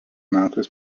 metais